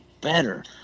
better